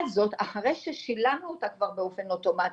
אחרי ששילמנו את הקצבה הזו באופן אוטומטי,